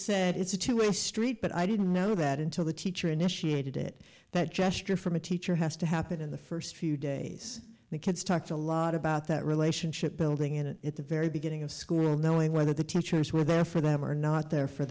said it's a two way street but i didn't know that until the teacher initiated it that gesture from a teacher has to happen in the first few days the kids talked a lot about that relationship building it at the very beginning of school knowing whether the teachers were there for them or not there for